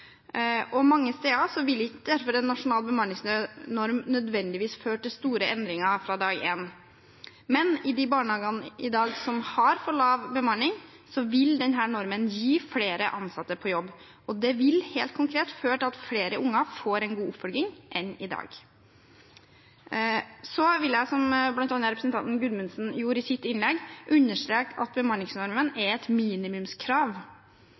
og mange steder vil derfor ikke en nasjonal bemanningsnorm nødvendigvis føre til store endringer fra dag én. Men i de barnehagene som i dag har for lav bemanning, vil denne normen gi flere ansatte på jobb, og det vil helt konkret føre til at flere unger enn i dag får en god oppfølging. Så vil jeg, som bl.a. representanten Gudmundsen gjorde i sitt innlegg, understreke at bemanningsnormen er et minimumskrav.